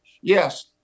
yes